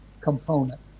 component